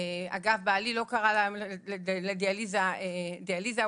אגב, בעלי לא קרא לדיאליזה דיאליזה.